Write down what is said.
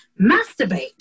masturbate